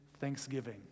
thanksgiving